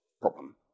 problem